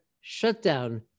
shutdown